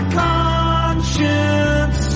conscience